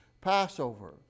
Passover